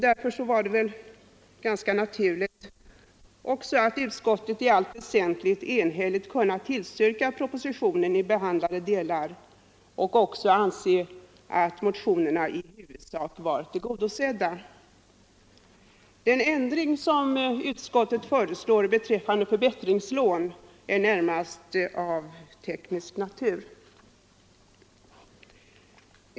Därför var det ganska naturligt att utskottet i allt väsentligt enhälligt kunde tillstyrka propositionen i behandlade delar och även anse att motionernas krav i huvudsak var tillgodosedda. Den ändring som utskottet föreslår beträffande förbättringslån är närmast av teknisk natur.